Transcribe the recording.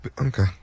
Okay